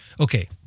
okay